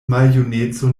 maljuneco